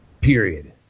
Period